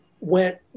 Went